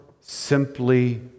simply